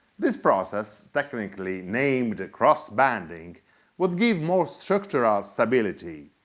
this process, technically named cross-banding would give more structural stability.